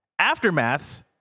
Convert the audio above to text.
aftermaths